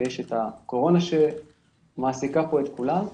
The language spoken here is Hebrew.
ויש הקורונה שמעסיקה פה את כולם,